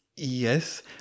Yes